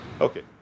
Okay